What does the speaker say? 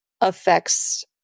affects